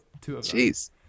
Jeez